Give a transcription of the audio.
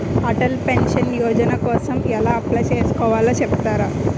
Atal pension Yojana కోసం ఎలా apply చేసుకోవాలో చెపుతారా?